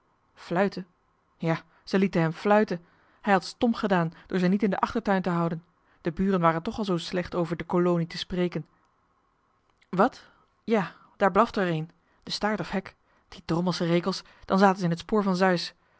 ja ze lieten hem fluiten hij had stom gedaan door ze niet in den achtertuin te honden de buren waren toch al zoo slecht over de kolonie te spreken wat ja daar blafte er een de staart of hec die drommelsche rekels dan zaten ze in het spoor van zeus